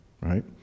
right